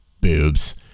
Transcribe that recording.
Boobs